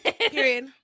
Period